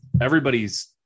Everybody's